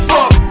Fuck